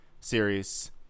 series